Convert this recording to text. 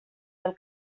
del